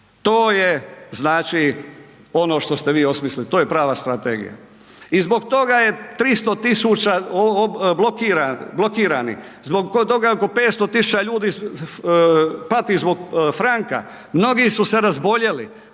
to je znači ono što ste vi osmislili, to je prava strategija i zbog toga je 300 000 blokiranih, zbog toga je oko 500 000 ljudi pati zbog Franka, mnogi su se razboljeli,